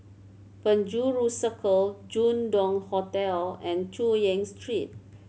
Penjuru Circle Jin Dong Hotel and Chu Yen Street